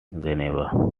geneva